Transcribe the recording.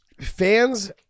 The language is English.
Fans